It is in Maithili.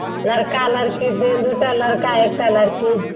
लड़का लड़की दू टा लड़का एकटा लड़की